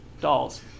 dolls